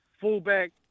fullback